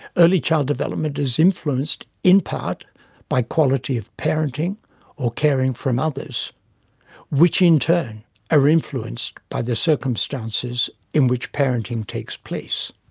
early child development is influenced in part by quality of parenting or caring from others which in turn are influenced by the circumstances in which parenting takes place.